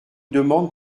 demande